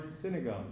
synagogue